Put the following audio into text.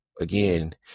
again